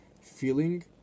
feeling